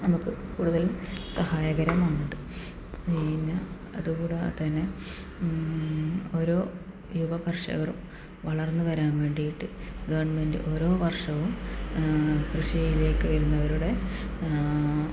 നമുക്ക് കൂടുതലും സഹായകരം ആകുന്നുണ്ട് പിന്നെ അത് കൂടാതെ തന്നെ ഓരോ യുവ കർഷകരും വളർന്ന് വരാൻ വേണ്ടിയിട്ട് ഗവൺമെന്റ് ഓരോ വർഷവും കൃഷിയിലേക്ക് വരുന്നവരുടെ